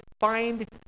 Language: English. find